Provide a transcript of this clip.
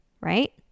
right